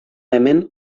hemen